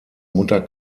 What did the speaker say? mutter